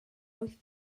wyth